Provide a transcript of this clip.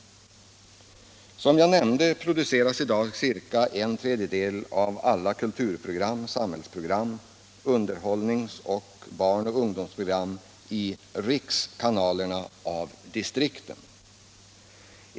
Som jag nämnde produceras i dag omkring en tredjedel av alla kulturprogram, samhällsprogram, underhållningsprogram och barn och ungdomsprogram i rikskanalerna av distrikten.